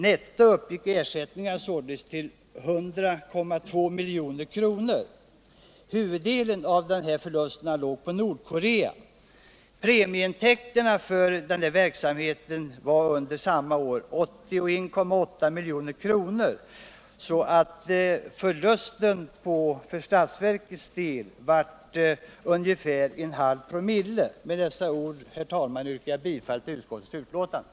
Netto uppgick ersättningarna således till 100,2 milj.kr. Huvuddelen av dessa förluster avsåg Nordkorea. Premieintäkterna för denna verksamhet var under samma år 81,8 milj.kr. Förlusten för statsverkets vidkommande uppgick således till ungefär 1 00. Med dessa ord, herr talman, yrkar jag bifall till utskottets hemställan.